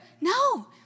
no